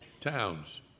Towns